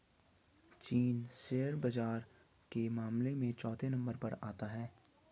चीन शेयर बाजार के मामले में चौथे नम्बर पर आता है